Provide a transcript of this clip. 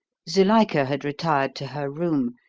zuilika had retired to her room,